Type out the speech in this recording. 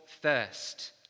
thirst